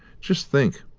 just think.